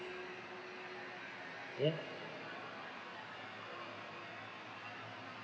ya